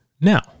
now